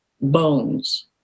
bones